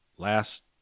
Last